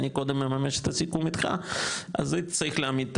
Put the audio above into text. אני קודם מממש את הסיכום איתך אז זה צריך להעמיד את